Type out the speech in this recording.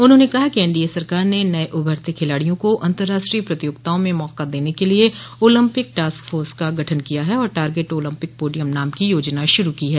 उन्होंने कहा कि एनडीए सरकार ने नये उभरते खिलाडियों को अंतर्राष्ट्रीय प्रतियोगिताओं में मौका देने को लिए ओलम्पिक टॉस्क फोर्स का गठन किया है और टागे ट ओलम्पिक पोडियम नाम की योजना शुरू की है